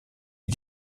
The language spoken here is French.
est